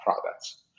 products